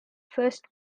first